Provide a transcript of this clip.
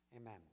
Amen